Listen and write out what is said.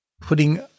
putting